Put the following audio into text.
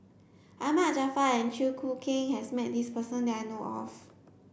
Ahmad Jaafar and Chew Choo Keng has met this person that I know of